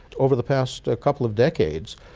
over the past ah couple of decades,